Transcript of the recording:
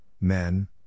men